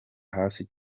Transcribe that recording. hasi